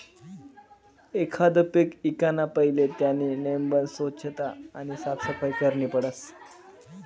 एखांद पीक ईकाना पहिले त्यानी नेमबन सोच्छता आणि साफसफाई करनी पडस